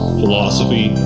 philosophy